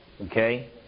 Okay